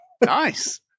Nice